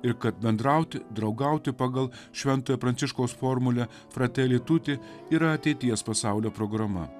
ir kad bendrauti draugauti pagal šv pranciškaus formulę frateli tuti yra ateities pasaulio programa